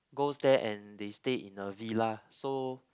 goes there and they stay in a villa so